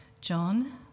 John